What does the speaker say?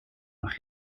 nach